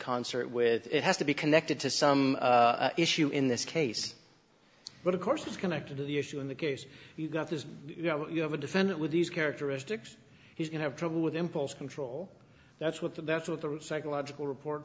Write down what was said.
concert with it has to be connected to some issue in this case but of course it's connected to the issue in the case you've got this you know you have a defendant with these characteristics he's going have trouble with impulse control that's what the that's what the psychological report